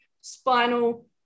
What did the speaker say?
spinal